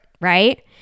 right